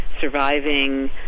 surviving